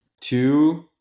two